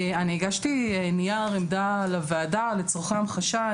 אני הגשתי נייר עמדה לוועדה לצורכי המחשה.